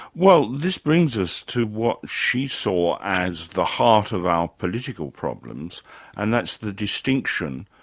well, this brings us to what she saw as the heart of our political problems and that's the distinction,